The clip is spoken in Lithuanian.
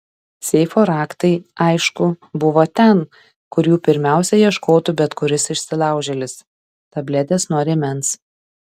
seifo raktai aišku buvo ten kur jų pirmiausia ieškotų bet kuris įsilaužėlis tabletės nuo rėmens